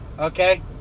Okay